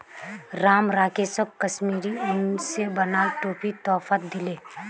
राम राकेशक कश्मीरी उन स बनाल टोपी तोहफात दीले